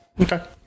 Okay